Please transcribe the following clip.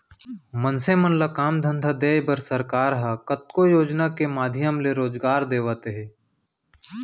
मनसे मन ल काम धंधा देय बर सरकार ह कतको योजना के माधियम ले रोजगार देवत हे